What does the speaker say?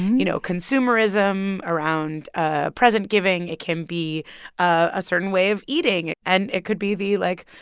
you know, consumerism around ah present-giving. it can be a certain way of eating. and it could be the, like,